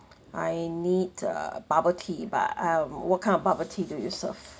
I need a bubble tea but um what kind of bubble tea do you serve